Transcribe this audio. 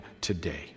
today